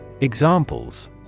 Examples